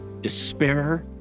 despair